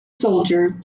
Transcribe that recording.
soldier